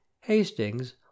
Hastings